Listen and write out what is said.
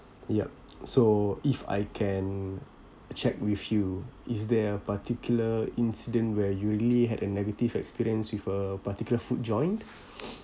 yup so if I can check with you is there a particular incident where you really had a negative experience with a particular food joint